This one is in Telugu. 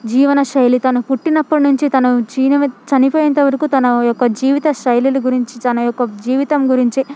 జీవనశైలి తను పుట్టినప్పటి నుంచి తన చిని చనిపోయేంతవరకు తన యొక్క జీవిత శైలులు గురించి తన యొక్క జీవితం గురించి